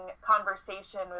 conversation